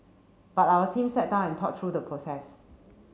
but our team sat down and thought through the process